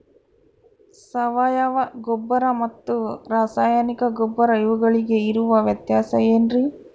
ಸಾವಯವ ಗೊಬ್ಬರ ಮತ್ತು ರಾಸಾಯನಿಕ ಗೊಬ್ಬರ ಇವುಗಳಿಗೆ ಇರುವ ವ್ಯತ್ಯಾಸ ಏನ್ರಿ?